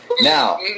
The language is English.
Now